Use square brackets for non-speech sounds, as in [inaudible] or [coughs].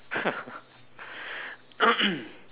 [laughs] [coughs]